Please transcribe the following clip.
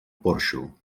porxo